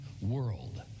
world